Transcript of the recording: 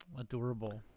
Adorable